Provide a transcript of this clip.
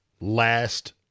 last